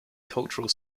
cultural